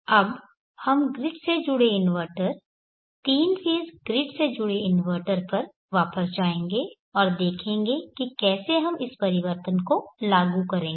अब हम ग्रिड से जुड़े इन्वर्टर तीन फेज़ ग्रिड से जुड़े इन्वर्टर पर वापस जाएंगे और देखेंगे कि कैसे हम इस परिवर्तन को लागू करेंगे